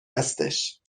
هستش